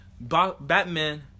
Batman